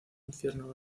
infierno